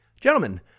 Gentlemen